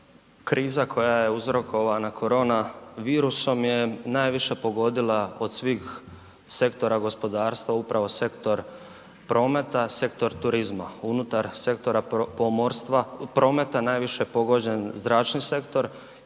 Kriza koja je uzrokovana korona virusom je najviše pogodila od svih sektora gospodarstva upravo sektor prometa, sektor turizma. Unutar sektora prometa najviše je pogođen zračni sektor